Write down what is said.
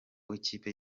w’ikipe